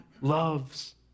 loves